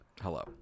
Hello